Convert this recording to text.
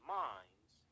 minds